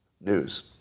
News